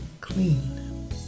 clean